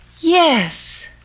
Yes